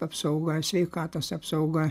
apsauga sveikatos apsauga